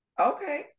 Okay